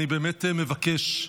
אני באמת מבקש,